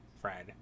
Fred